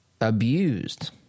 abused